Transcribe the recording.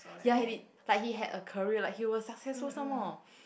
ya he did like he had a career like he was successful some more